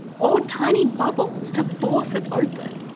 or, tiny bubbles to force it open.